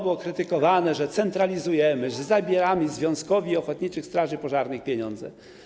Było krytykowane, że centralizujemy, że zabieramy Związkowi Ochotniczych Straży Pożarnych pieniądze.